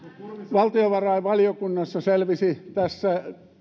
valtiovarainvaliokunnassa selvisi tässä